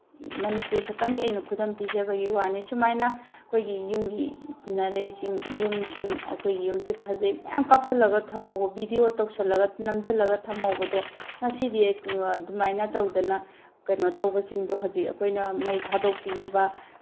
ꯃꯅꯤꯄꯨꯔꯈꯛꯇꯪꯒꯤ ꯑꯩꯅ ꯈꯨꯗꯝ ꯄꯤꯖꯕꯒꯤ ꯋꯥꯅꯤ ꯁꯨꯃꯥꯏꯅ ꯑꯩꯈꯣꯏꯒꯤ ꯌꯨꯝꯒꯤ ꯁꯤꯅꯔꯤꯁꯤꯡ ꯌꯨꯝꯁꯤꯡ ꯑꯩꯈꯣꯏ ꯌꯨꯝꯁꯦ ꯐꯖꯩ ꯃꯌꯥꯝ ꯀꯥꯞꯁꯤꯜꯂꯒ ꯊꯝꯍꯧꯕ ꯕꯤꯗꯤꯑꯣ ꯇꯧꯁꯤꯜꯂꯒ ꯅꯝꯖꯤꯜꯂꯒ ꯊꯝꯍꯧꯕꯗꯣ ꯉꯁꯤꯗꯤ ꯑꯗꯨꯃꯥꯏꯅ ꯇꯧꯗꯅ ꯀꯩꯅꯣ ꯇꯧꯕꯁꯤꯡꯗꯣ ꯍꯧꯖꯤꯛ ꯑꯩꯈꯣꯏꯅ ꯃꯩ ꯊꯥꯗꯣꯛꯄꯤꯈꯤꯕ